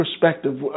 perspective